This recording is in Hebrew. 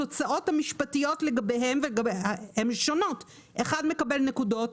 התוצאות המשפטיות לגביהם שונות אחד מקבל נקודות,